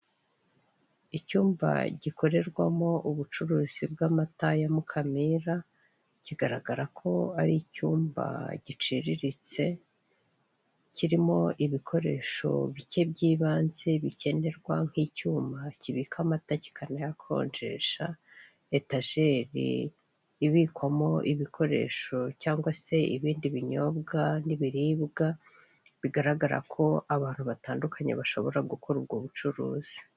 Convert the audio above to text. Icyumba gikorerwamo ubucuruzi bw'amata ya Mukamira, kigaragara ko ari icyumba giciriritse, kirimo ibikoresho bike by'ibanze bikenerwa nk'icyuma kibika amata kikanahakonjesha, etajeri ibikwamo ibikoresho cyangwa se ibindi binyobwa n'ibiribwa, bigaragara ko abantu batandukanye bashobora gukora ubwo bucuruzi.